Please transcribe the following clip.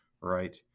Right